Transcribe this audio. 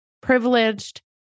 Privileged